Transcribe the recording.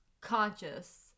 conscious